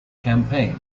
campaign